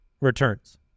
returns